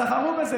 סחרו בזה.